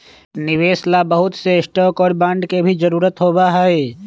निवेश ला बहुत से स्टाक और बांड के भी जरूरत होबा हई